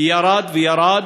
ירד וירד,